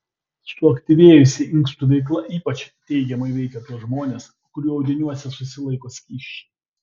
suaktyvėjusi inkstų veikla ypač teigiamai veikia tuos žmones kurių audiniuose susilaiko skysčiai